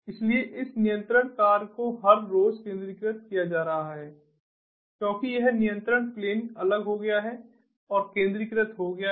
इसलिए इस नियंत्रण कार्य को हर रोज केंद्रीकृत किया जा रहा है क्योंकि यह नियंत्रण प्लेन अलग हो गया है और केंद्रीकृत हो गया है